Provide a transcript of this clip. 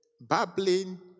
babbling